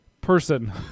person